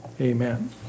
amen